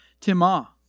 timah